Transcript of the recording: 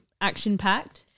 action-packed